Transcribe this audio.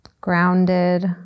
Grounded